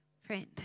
friend